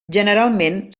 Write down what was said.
generalment